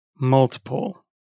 multiple